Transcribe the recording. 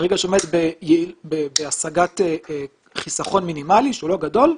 ברגע שהוא עומד בהשגת חיסכון מינימלי שהוא לא גדול.